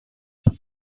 want